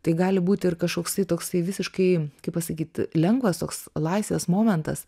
tai gali būti ir kažkoksai toksai visiškai kaip pasakyt lengvas toks laisvės momentas